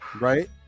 right